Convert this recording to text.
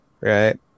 right